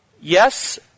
Yes